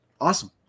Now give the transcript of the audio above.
Awesome